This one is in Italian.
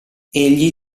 egli